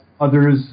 others